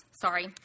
sorry